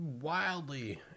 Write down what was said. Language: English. wildly